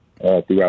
throughout